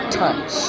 touch